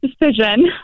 decision